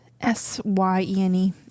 S-Y-E-N-E